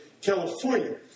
California